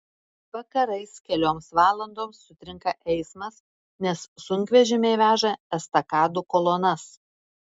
vakarais kelioms valandoms sutrinka eismas nes sunkvežimiai veža estakadų kolonas